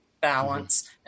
balance